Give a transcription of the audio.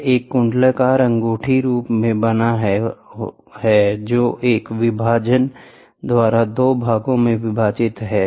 यह एक कुंडलाकार अंगूठी रूप में बना है जो एक विभाजन द्वारा दो भागों में विभाजित है